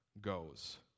goes